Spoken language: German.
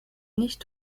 nicht